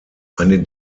eine